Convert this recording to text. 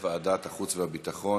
לוועדת החוץ והביטחון.